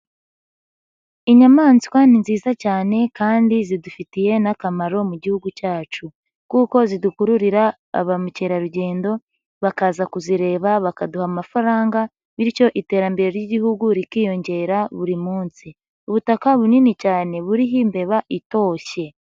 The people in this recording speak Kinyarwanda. Inyamaswa ni nziza cyane kandi zidufitiye n'akamaro mu gihugu cyacu, kuko zidukururira abamukerarugendo bakaza kuzireba bakaduha amafaranga, bityo iterambere ry'igihugu rikiyongera buri munsi. Ubutaka bunini cyane buriho imbeba itoshye.